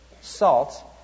Salt